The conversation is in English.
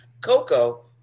Coco